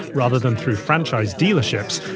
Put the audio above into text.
rather than through franchised dealerships.